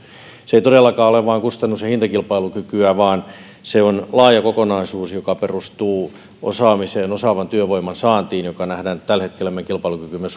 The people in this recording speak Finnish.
se ei todellakaan ole vain kustannus ja hintakilpailukykyä vaan se on laaja kokonaisuus joka perustuu osaamiseen ja osaavan työvoiman saantiin missä nähdään tällä hetkellä meidän kilpailukykymme